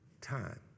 time